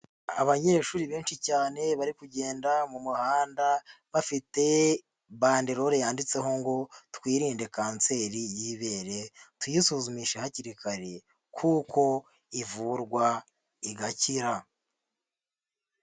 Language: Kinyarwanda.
Abanyeshuri benshi cyane bari kugenda mu muhanda bafite bandelore yanditseho ngo twirinde kanseri y'ibere tuyisuzumishe hakiri kare kuko ivurwa igakira.